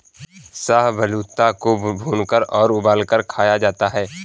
शाहबलूत को भूनकर और उबालकर खाया जाता है